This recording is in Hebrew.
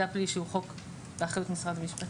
הפלילי שהוא חוק באחריות משרד המשפטים.